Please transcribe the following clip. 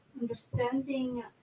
understanding